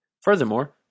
Furthermore